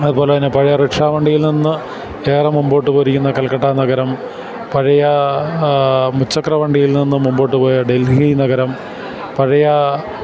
അതുപോലെ തന്നെ പഴയ റിക്ഷാവണ്ടിയിൽ നിന്ന് ഏറെ മുന്നോട്ടുപോയിരിക്കുന്ന കൽക്കട്ട നഗരം പഴയ മുച്ചക്രവണ്ടിയിൽ നിന്ന് മുന്നോട്ടുപോയ ഡൽഹി നഗരം പഴയ